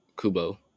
Kubo